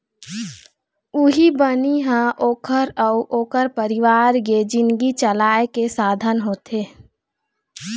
उहीं बनी ह ओखर अउ ओखर परिवार के जिनगी चलाए के साधन होथे